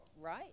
Right